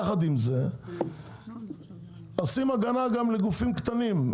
יחד עם זה עושים הגנה גם לגופים קטנים,